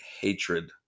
hatred